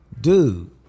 Dude